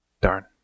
Darn